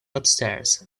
upstairs